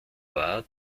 war